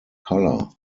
color